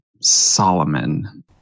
Solomon